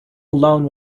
alone